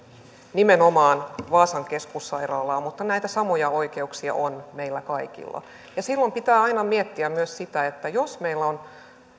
nimenomaan vaasan keskussairaalaa mutta näitä samoja oikeuksia on meillä kaikilla ja silloin pitää aina miettiä myös sitä että jos meillä on